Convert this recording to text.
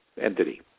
entity